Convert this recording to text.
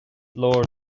leor